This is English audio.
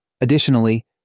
Additionally